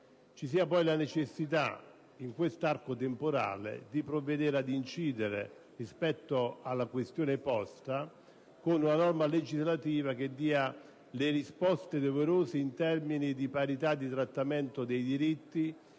ci sia poi la necessità, in questo arco temporale, di provvedere ad incidere, rispetto alla questione posta, con una norma legislativa che dia le risposte doverose in termini di parità di trattamento dei diritti